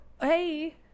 Hey